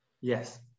Yes